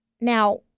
Now